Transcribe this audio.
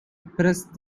pressed